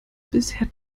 bisher